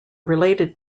related